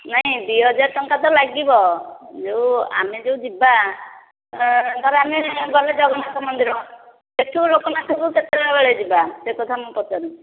ନାଇଁ ଦୁଇ ହଜାର ଟଙ୍କା ତ ଲାଗିବ ଯେଉଁ ଆମେ ଯେଉଁ ଯିବା ଧର ଆମେ ଗଲେ ଜଗନ୍ନାଥ ମନ୍ଦିର ସେଇଠୁ ଲୋକନାଥକୁ କେତେବେଳେ ଯିବା ସେ କଥା ମୁଁ ପଚାରୁଛି